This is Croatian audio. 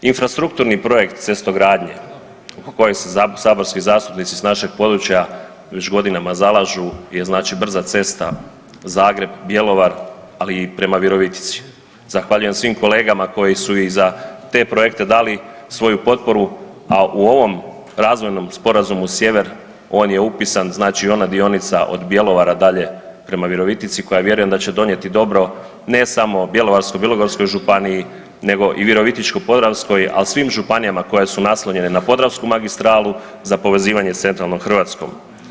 Infrastrukturni projekt cestogradnje u kojem se saborski zastupnici s našeg područja već godinama zalažu je znači brza cesta Zagreb-Bjelovar, ali i prema Virovitici, zahvaljujem svim kolegama koji su i za te projekte dali svoju potporu, a u ovom Razvojnom sporazumu sjever on je upisan znači, ona dionica od Bjelovara dalje prema Virovitici, koja vjerujem da će donijeti dobro, ne samo Bjelovarsko-bilogorskoj županiji nego i Virovitičko-podravskoj, a i svim županijama koje su naslonjene na Podravsku magistralu za povezivanje s centralnom Hrvatskom.